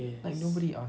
like nobody ask